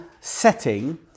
setting